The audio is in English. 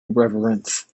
reverence